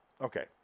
Okay